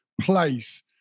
place